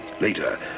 Later